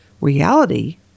Reality